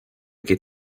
che